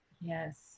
Yes